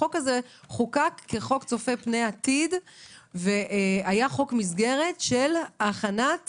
החוק הזה חוקק כחוק צופה פני עתיד והיה חוק מסגרת של הכנת